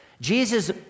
Jesus